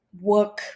work